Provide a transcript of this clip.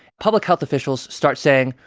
public health officials start saying,